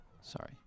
Sorry